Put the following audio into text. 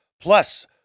plus